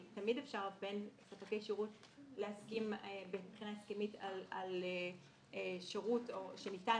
תמיד אפשר בין ספקי שרות להסכים על שרות שניתן,